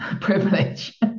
privilege